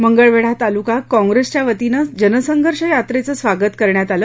मंगळवेढा तालुका काँग्रेस च्या वतीने जनसंघर्ष यात्रेचे स्वागत करण्यात आलं